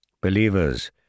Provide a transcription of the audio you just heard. Believers